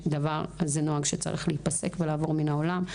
זה נוהג שצריך להיפסק ולעבור מהעולם.